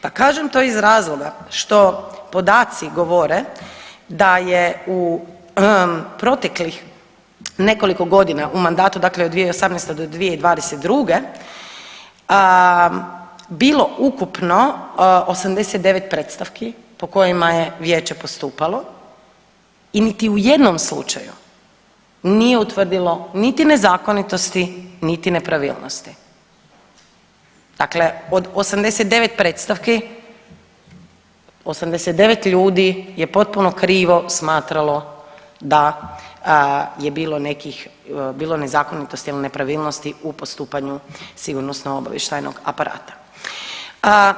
Pa kažem to iz razloga što podaci govore da je u proteklih nekoliko godina, u mandatu dakle od 2018. do 2022. bilo ukupno 89 predstavki po kojima je vijeće postupalo i niti u jednom slučaju nije utvrdilo niti nezakonitosti niti nepravilnosti, dakle od 89 predstavki, 89 ljudi je potpuno krivo smatralo da je bilo nekih bilo nezakonitosti ili nepravilnosti u postupanju sigurnosno obavještajnog aparata.